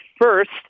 First